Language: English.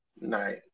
night